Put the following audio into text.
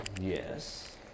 Yes